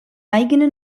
eigene